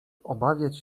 obawiać